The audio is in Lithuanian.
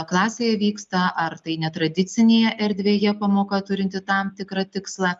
klasėje vyksta ar tai netradicinėje erdvėje pamoka turinti tam tikrą tikslą